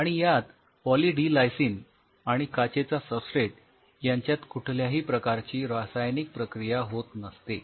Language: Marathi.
आणि यात पॉली डी लायसिन आणि काचेचा सबस्ट्रेट यांच्यात कुठल्याही प्रकारची रासायनिक प्रक्रिया होत नसते